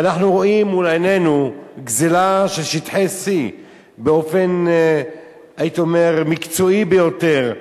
ואנחנו רואים מול עינינו גזלה של שטחי C באופן מקצועי ביותר,